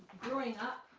growing up,